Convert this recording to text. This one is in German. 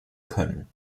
können